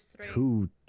two